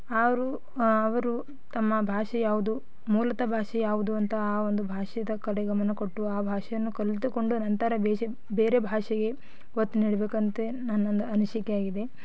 ಅವರು ಅವರು ತಮ್ಮ ಭಾಷೆ ಯಾವುದು ಮೂಲತಃ ಭಾಷೆ ಯಾವುದು ಅಂತ ಆ ಒಂದು ಭಾಷೆಯ ಕಡೆ ಗಮನ ಕೊಟ್ಟು ಆ ಭಾಷೆಯನ್ನು ಕಲಿತುಕೊಂಡು ನಂತರ ಬೇಶೆ ಬೇರೆ ಭಾಷೆಗೆ ಒತ್ತು ನೀಡಬೇಕಂತೆ ನನ್ನೊಂದು ಅನಿಸಿಕೆ ಆಗಿದೆ